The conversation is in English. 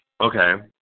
Okay